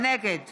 נגד